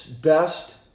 Best